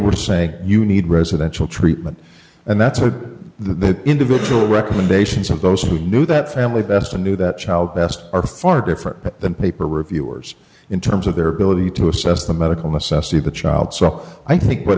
were saying you need residential treatment and that's what the individual recommendations of those who knew that family best a knew that child best are far different than paper reviewers in terms of their ability to assess the medical necessity of the child so i think what